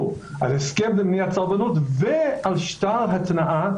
על הסכם מניעת סרבנות ועל שטר התנאה,